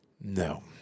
No